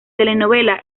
telenovela